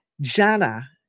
Jana